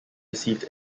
received